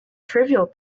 trivial